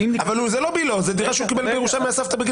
אבל זה לא בלעו אלא דירה שהוא קיבל בגיל 30 מהסבתא.